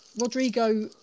Rodrigo